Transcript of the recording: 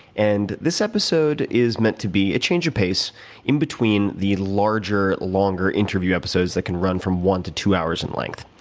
and this episode is meant to be a change of pace in between the larger, longer interview episodes that can run from one to two hours in length.